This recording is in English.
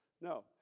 No